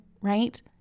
right